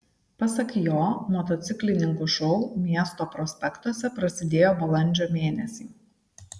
pasak jo motociklininkų šou miesto prospektuose prasidėjo balandžio mėnesį